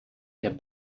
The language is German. der